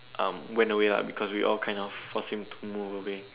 um went away lah because we all kinda force him to move away